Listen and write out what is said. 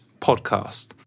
podcast